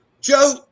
Joe